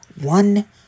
one